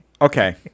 okay